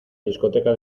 discoteca